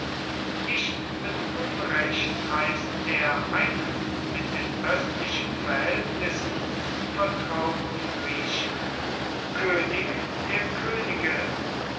nicht mit unrecht heißt er einem mit den östlichen verhältnissen vertrauten griechen könig der könige